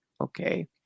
okay